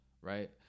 right